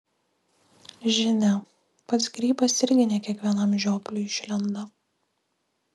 žinia pats grybas irgi ne kiekvienam žiopliui išlenda